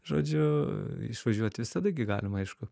žodžiu išvažiuot visada gi galima aišku